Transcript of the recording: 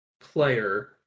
player